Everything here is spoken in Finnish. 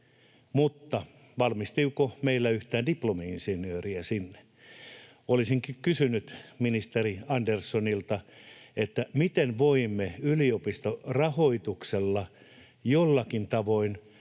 mutta valmistuuko meillä yhtään diplomi-insinööriä sinne? Olisinkin kysynyt ministeri Anderssonilta, miten voimme yliopistorahoituksella jollakin tavoin